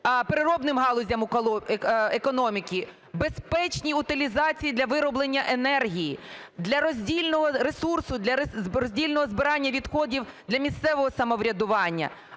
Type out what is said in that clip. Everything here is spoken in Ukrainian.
переробним галузям економіки, безпечній утилізації, для вироблення енергії, для роздільного ресурсу, для роздільного збирання відходів для місцевого самоврядування.